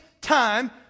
time